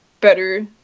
better